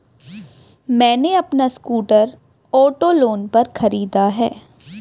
मैने अपना scooter auto loan पर खरीदा है